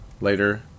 later